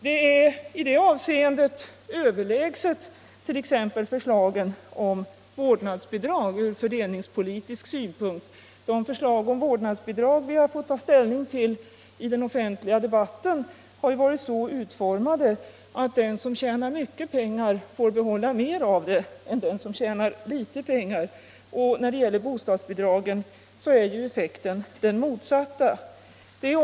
Ur för delningspolitisk synpunkt är alltså bostadsbidragen överlägsna t.ex. vårdnadsbidrag. De förslag om vårdnadsbidrag vi har fått ta ställning till i den offentliga debatten har ju varit så utformade att den som tjänar mycket pengar får behålla mer av det än den som tjänar litet pengar. När det gäller bostadsbidragen är effekten den motsatta.